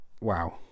Wow